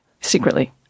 secretly